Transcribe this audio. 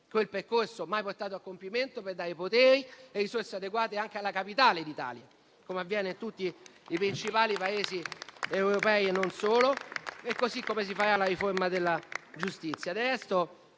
quel percorso, mai portato a compimento, per dare poteri e risorse adeguate anche alla Capitale d'Italia, come avviene in tutti i principali Paesi europei e non solo. E si farà la riforma della giustizia.